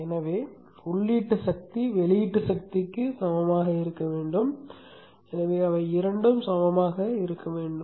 எனவே உள்ளீட்டு சக்தி வெளியீட்டு சக்திக்கு சமமாக இருக்க வேண்டும் எனவே இவை இரண்டும் சமமாக இருக்க வேண்டும்